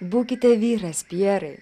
būkite vyras pjerai